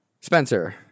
Spencer